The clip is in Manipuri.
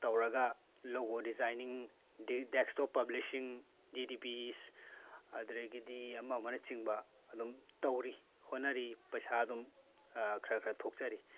ꯇꯧꯔꯒ logo designing desktop publishing D T P ꯑꯗꯨꯗꯒꯤꯗꯤ ꯑꯃ ꯑꯃꯅꯆꯤꯡꯕ ꯑꯗꯨꯝ ꯇꯧꯔꯤ ꯍꯣꯠꯅꯔꯤ ꯄꯩꯁꯥ ꯑꯗꯨꯝ ꯈꯔ ꯈꯔ ꯊꯣꯛꯆꯔꯤ